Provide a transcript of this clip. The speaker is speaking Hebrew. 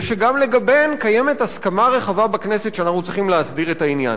ושגם לגביהן קיימת הסכמה רחבה בכנסת שאנחנו צריכים להסדיר את העניין.